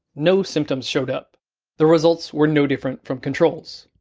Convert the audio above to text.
no symptoms showed up the results were no different from controls.